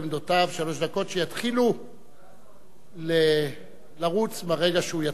שלוש דקות שיתחילו לרוץ ברגע שהוא יתחיל לדבר.